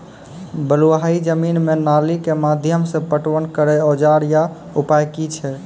बलूआही जमीन मे नाली के माध्यम से पटवन करै औजार या उपाय की छै?